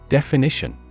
Definition